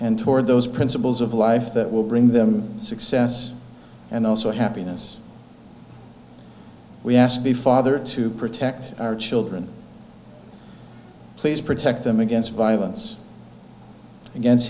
and toward those principles of life that will bring them success and also happiness we ask the father to protect our children please protect them against violence against